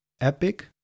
epic